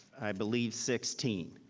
i believe sixteen.